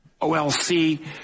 OLC